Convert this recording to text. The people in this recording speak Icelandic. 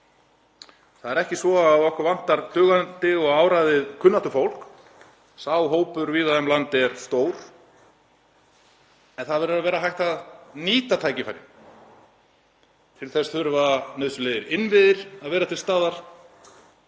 Það er ekki svo að okkur vanti dugandi og áræðið kunnáttufólk, sá hópur víða um land er stór, en það verður að vera hægt að nýta tækifærin. Til þess þurfa nauðsynlegir innviðir að vera til staðar,